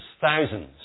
thousands